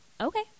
Okay